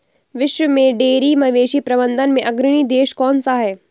विश्व में डेयरी मवेशी प्रबंधन में अग्रणी देश कौन सा है?